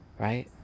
Right